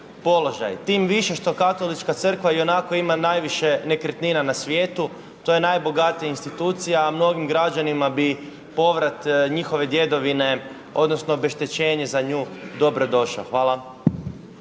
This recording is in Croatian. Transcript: tim više što katolička crkva ionako ima najviše nekretnina na svijetu. To je najbogatija institucija, a mnogim građanima bi povrat njihove djedovine, odnosno obeštećenje za nju dobro došao. Hvala.